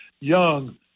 young